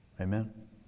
Amen